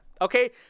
okay